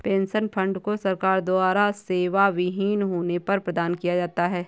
pension fund को सरकार द्वारा सेवाविहीन होने पर प्रदान किया जाता है